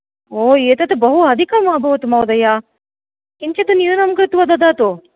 ओ एतद् बहु अधिकं अभवत् महोदय किञ्चिद् न्यूनं कृत्वा ददातु